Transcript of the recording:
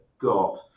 got